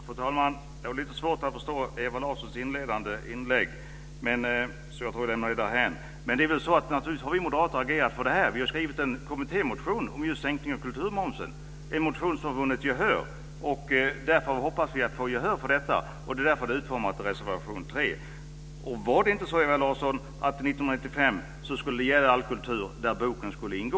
Fru talman! Jag har lite svårt att förstå Ewa Larssons inledande inlägg, så jag lämnar det därhän. Naturligtvis har vi moderater agerat för det här. Vi har skrivit en kommittémotion om just sänkning av kulturmomsen - en motion som vunnit gehör. Därför hoppas vi få gehör för detta, och därför är detta utformat i reservation 3. Var det inte så 1995, Ewa Larsson, att det skulle gälla all kultur, där boken skulle ingå?`